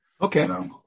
Okay